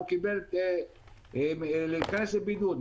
והוא נדרש להיכנס בבידוד.